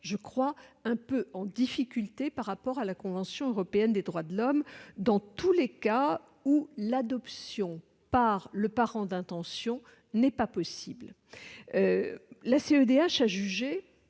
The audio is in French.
française en difficulté par rapport à la Convention européenne des droits de l'homme dans tous les cas où l'adoption par le parent d'intention n'est pas possible. La CEDH a jugé